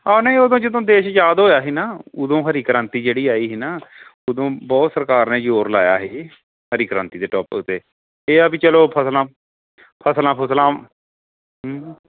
ਆ ਨਹੀਂ ਉਹ ਤਾਂ ਜਦੋਂ ਦੇਸ਼ ਆਜ਼ਾਦ ਹੋਇਆ ਸੀ ਨਾ ਉਦੋਂ ਹਰੀ ਕ੍ਰਾਂਤੀ ਜਿਹੜੀ ਆਈ ਸੀ ਨਾ ਉਦੋਂ ਬਹੁਤ ਸਰਕਾਰ ਨੇ ਜ਼ੋਰ ਲਗਾਇਆ ਸੀ ਹਰੀ ਕ੍ਰਾਂਤੀ ਦੇ ਟੋਪਿਕ 'ਤੇ ਇਹ ਆ ਵੀ ਚਲੋ ਫ਼ਸਲਾਂ ਫ਼ਸਲਾਂ ਫੁਸਲਾਂ